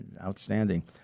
Outstanding